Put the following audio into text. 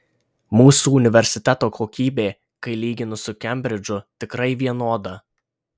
mūsų universiteto kokybė kai lyginu su kembridžu tikrai vienoda